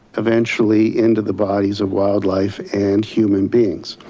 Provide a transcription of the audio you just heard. eventually into the bodies of wildlife and human beings.